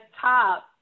top